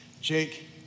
jake